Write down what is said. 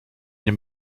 nie